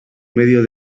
medio